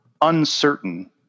uncertain